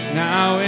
now